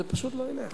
זה פשוט לא ילך.